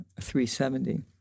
370